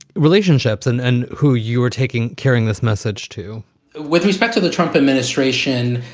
relationships and and who you are taking? carrying this message, too with respect to the trump administration.